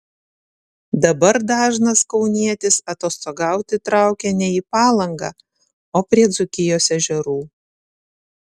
dabar dažnas kaunietis atostogauti traukia ne į palangą o prie dzūkijos ežerų